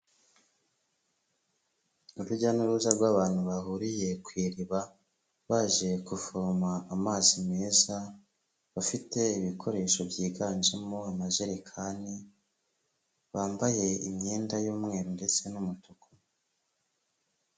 Urujya n'uruza rw'abantu bahuriye ku iriba, baje kuvoma amazi meza, bafite ibikoresho byiganjemo amajerekani, bambaye imyenda y'umweru ndetse n'umutuku.